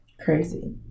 Crazy